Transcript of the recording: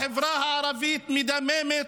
החברה הערבית מדממת,